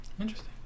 interesting